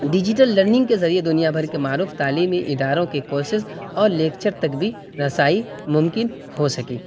digital learning کے ذریعے دنیا کے بھر معروف تعلیمی اداروں کے کورسز اور لیکچر تک بھی رسائی ممکن ہو سکی